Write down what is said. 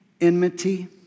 Enmity